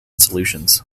solutions